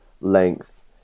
length